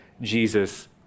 Jesus